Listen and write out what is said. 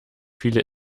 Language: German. viele